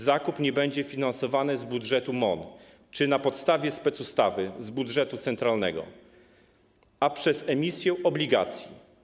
Zakup nie będzie finansowany z budżetu MON czy na podstawie specustawy z budżetu centralnego, ale przez emisję obligacji.